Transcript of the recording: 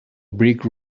brick